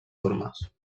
formes